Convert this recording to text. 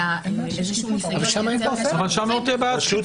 אלא איזה ניסיון --- שם לא תהיה בעיית שקיפות.